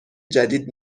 جدید